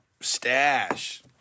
stash